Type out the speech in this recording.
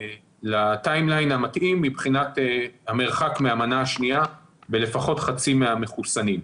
לטיים-ליין המתאים מבחינת המרחק מהמנה השנייה בלפחות חצי מהמחוסנים.